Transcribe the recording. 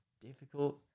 difficult